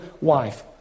wife